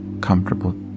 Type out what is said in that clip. comfortable